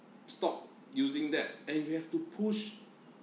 stop using that and we have to push